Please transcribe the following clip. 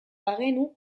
bagenu